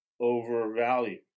overvalued